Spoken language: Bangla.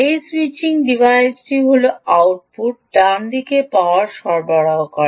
এই স্যুইচিং ডিভাইসটি হল আউটপুট ডানদিকে পাওয়ার সরবরাহ করে